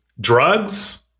drugs